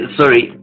sorry